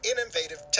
innovative